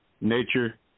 Nature